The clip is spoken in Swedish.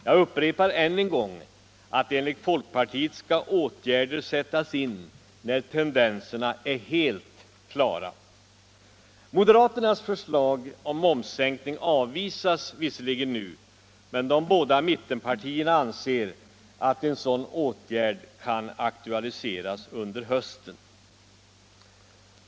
Jag upprepar att enligt folkpartiet skall åtgärder sättas in när tendenserna är helt klara. Moderaternas förslag om en momssänkning avvisas visserligen nu, men de båda mittenpartierna anser att en sådan åtgärd kan aktualiseras under hösten.